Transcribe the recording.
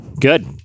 good